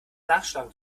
nachschlagen